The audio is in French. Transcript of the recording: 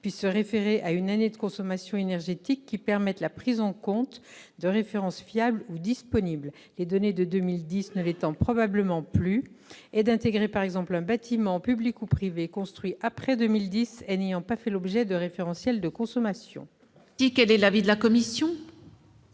puissent se référer à une année de consommation énergétique permettant la prise en compte de références fiables ou disponibles. Or les données de 2010 ne le sont probablement plus. Ainsi, il serait possible d'inclure un bâtiment, public ou privé, construit après 2010 et n'ayant pas fait l'objet d'un référentiel de consommation. Quel est l'avis de la commission ?